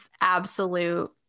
absolute